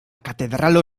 katedralo